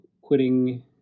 quitting